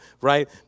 right